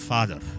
Father